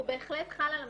הוא בהחלט חל על המפרסם,